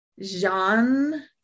Jean